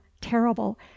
terrible